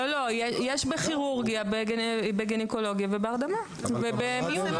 לא, יש בכירורגיה, בגניקולוגיה, בהרדמה ובמיון.